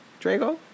Drago